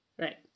Right